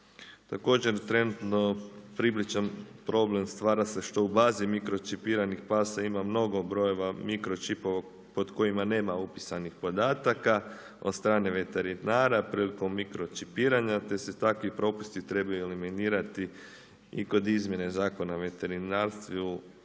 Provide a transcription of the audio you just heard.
Također trenutno približan problem stvara se što u bazi mikročipiranih pasa ima mnogo brojeva mikročipova pod kojima nema upisanih podataka od strane veterinara prilikom mikročipirana te se takvi propusti trebaju eliminirati i kod izmjene Zakona o veterinarstvu ali